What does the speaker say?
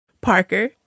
Parker